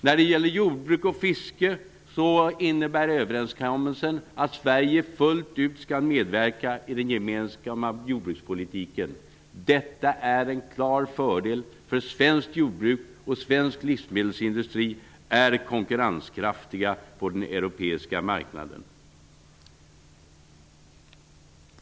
När det gäller jordbruk och fiske innebär överenskommelsen att Sverige fullt ut skall medverka i den gemensamma jordbrukspolitiken. Detta är en klar fördel, därför att svenskt jordbruk och svensk livsmedelsindustri är konkurrenskraftiga på den europeiska marknaden.